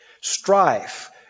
strife